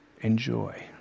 enjoy